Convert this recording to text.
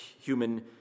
human